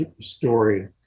story